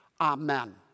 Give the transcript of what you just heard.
Amen